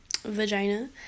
vagina